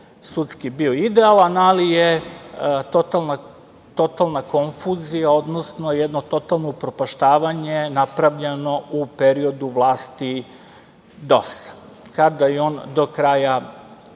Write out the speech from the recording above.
sudski bio idealan, ali je totalna konfuzija, odnosno jedno totalno upropaštavanje napravljeno u periodu vlasti DOS-a, kada je on do kraja